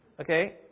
okay